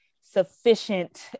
sufficient